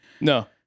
No